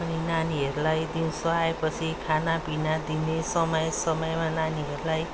अनि नानीहरूलाई दिउँसो आएपछि खानापिना दिने समय समयमा नानीहरूलाई